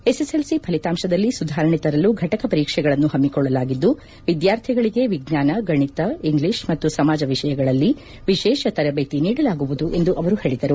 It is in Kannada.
ಎಸ್ಎಸ್ ಎಲ್ ಸಿ ಫಲಿತಾಂಶದಲ್ಲಿ ಸುಧಾರಣೆ ತರಲು ಫಟಕ ಪರೀಕ್ಷೆಗಳನ್ನು ಹಮ್ಹಿಕೊಳ್ಳಲಾಗಿದ್ದು ವಿದ್ಯಾರ್ಥಿಗಳಿಗೆ ವಿಜ್ಞಾನ ಗಣಿತ ಇಂಗ್ಲೀಷ್ ಮತ್ತು ಸಮಾಜ ವಿಷಯಗಳಲ್ಲಿ ವಿಶೇಷ ತರಬೇತಿ ನೀಡಲಾಗುವುದು ಎಂದು ಅವರು ಹೇಳಿದರು